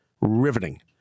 Riveting